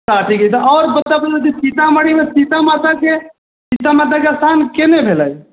तऽ ठीक हइ तऽ आओर दोसर दिस सीतामढ़ीमे सीता माताके सीता माताके स्थान केन्ने भेलै